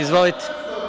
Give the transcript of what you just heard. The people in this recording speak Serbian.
Izvolite.